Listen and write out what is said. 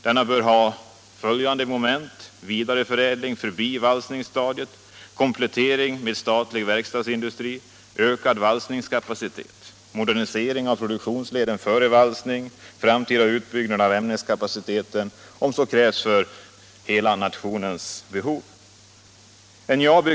Denna bör ha följande moment: Vidareförädling förbi valsningsstadiet. Komplettering med statlig verkstadsindustri. Ökad valsningskapacitet. Modernisering av produktionsleden före valsning. Framtida utbyggnad av ämneskapaciteten, om så krävs för hela nationens behov.